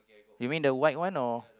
you mean the white one or